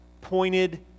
pointed